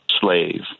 slave